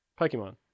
Pokemon